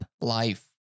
life